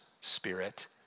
spirit